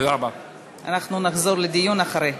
אנחנו נחזור לדיון לאחר מכן.